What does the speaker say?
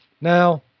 now